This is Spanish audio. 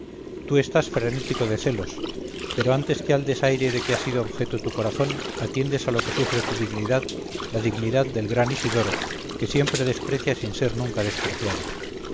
tú estás frenético de celos pero antes que al desaire de que ha sido objeto tu corazón atiendes a lo que sufre tu dignidad la dignidad del gran isidoro que siempre desprecia sin ser nunca despreciado